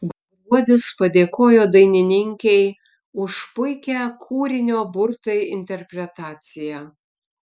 gruodis padėkojo dainininkei už puikią kūrinio burtai interpretaciją